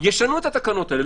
ישנו את התקנות האלה.